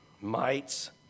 mites